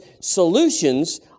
solutions